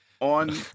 On